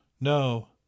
No